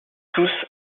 tous